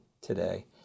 today